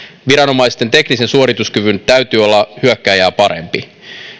viranomaisten teknisen suorituskyvyn täytyy olla hyökkääjää parempi